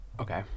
Okay